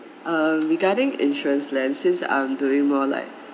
uh regarding insurance plan since I'm doing more like